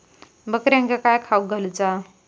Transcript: बकऱ्यांका काय खावक घालूचा?